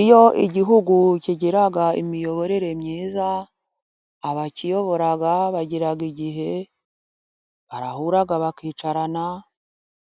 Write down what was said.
Iyo igihugu kigira imiyoborere myiza ,abakiyobora bagira igihe barahura, bakicarana